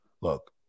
Look